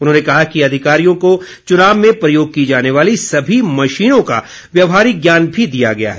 उन्होंने कहा कि अधिकारियों को चुनाव में प्रयोग की जाने वाली सभी मशीनों का व्यवहारिक ज्ञान भी दिया गया है